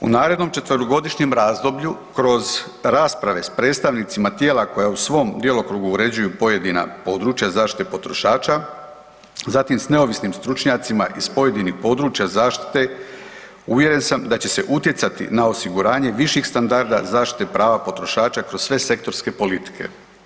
U narednom 4-godišnjem razdoblju kroz rasprave s predstavnicima tijela koja u svom djelokrugu uređuju pojedina područja zaštite potrošača, zatim s neovisnim stručnjacima iz pojedinih područja zaštite uvjeren sam da će se utjecati na osiguranje viših standarda zaštite prava potrošača kroz sve sektorske politike.